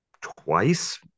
twice